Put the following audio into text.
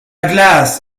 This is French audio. glace